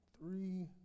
three